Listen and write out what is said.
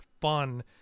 fun